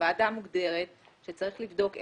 הוועדה מוגדרת שצריך לבדוק אנדוקרינולוג,